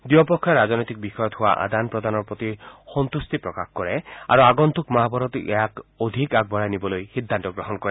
দুই পক্ষই ৰাজনৈতিক বিষয়ত হোৱা আদান প্ৰদানৰ প্ৰতি সন্তোষ প্ৰকাশ কৰে আৰু আগন্তুক মাহবোৰত ইয়াক অধিক আগবঢ়াই নিবলৈ সিদ্ধান্ত গ্ৰহণ কৰে